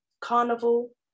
carnival